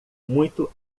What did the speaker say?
muito